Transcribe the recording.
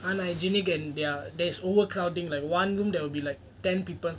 unhygienic and there are there's overcrowding like one room there will be like ten people